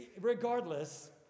regardless